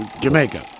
Jamaica